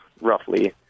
roughly